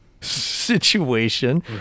situation